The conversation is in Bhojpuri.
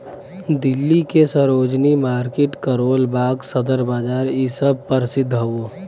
दिल्ली के सरोजिनी मार्किट करोल बाग सदर बाजार इ सब परसिध हौ